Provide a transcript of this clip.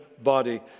body